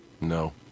no